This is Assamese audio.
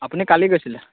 আপুনি কালি গৈছিলে